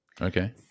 Okay